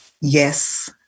Yes